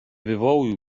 wywołuj